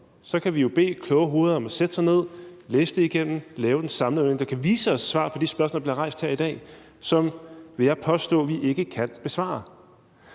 Så kan vi jo bede kloge hoveder om at sætte sig ned, læse det igennem og lave den sammenhæng, der kan vise os svaret på de spørgsmål, der bliver rejst her i dag, som – vil jeg påstå – vi ikke kan besvare.